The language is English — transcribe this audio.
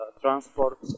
transport